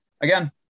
again